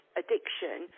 addiction